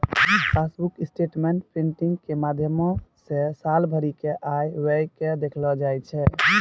passbook statement printing के माध्यमो से साल भरि के आय व्यय के देखलो जाय छै